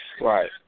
Right